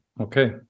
Okay